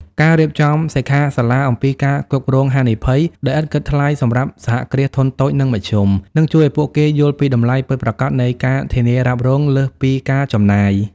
ការរៀបចំសិក្ខាសាលាអំពី ការគ្រប់គ្រងហានិភ័យ ដោយឥតគិតថ្លៃសម្រាប់ សហគ្រាសធុនតូច និងមធ្យម នឹងជួយឱ្យពួកគេយល់ពីតម្លៃពិតប្រាកដនៃ ការធានារ៉ាប់រង លើសពីការចំណាយ។